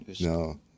No